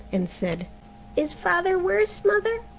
and said is father worse, mother?